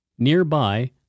Nearby